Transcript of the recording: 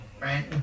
Right